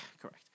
correct